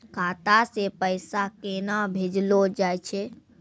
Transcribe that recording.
खाता से पैसा केना भेजलो जाय छै?